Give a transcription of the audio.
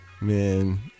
Man